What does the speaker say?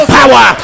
power